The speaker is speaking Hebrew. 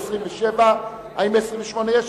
חברי הכנסת סוייד,